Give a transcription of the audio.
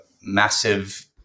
massive